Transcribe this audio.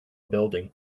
building